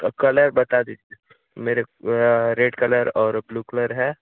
सब कल है बता दीजिए मेरे रेड कलर और ब्लू कलर है